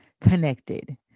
connected